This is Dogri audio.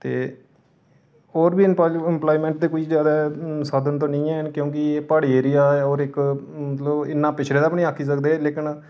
ते होर बी इम्पलायमैंट दे कोई ज्यादा साधन ते नेईं ऐ हैन क्यूंकि एह् इक प्हाड़ी एरिया ऐ होर इक मतलब इन्ना पिछड़े दा बी नीं आक्खी सकदे लेकिन